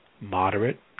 moderate